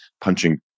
punching